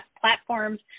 platforms